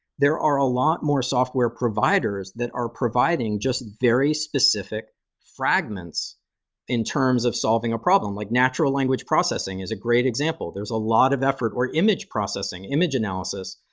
there are a lot more software providers that are providing just very specific fragments in terms of solving a problem, like natural language processing is a great example. there's a lot of effort or image processing, image analysis.